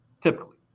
typically